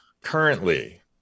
currently